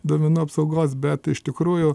duomenų apsaugos bet iš tikrųjų